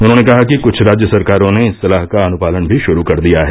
उन्होंने कहा कि कृष्ठ राज्य सरकारों ने इस सलाह का अनुपालन भी शुरू कर दिया है